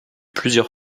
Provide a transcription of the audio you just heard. plusieurs